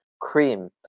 cream